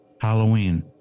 Halloween